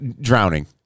drowning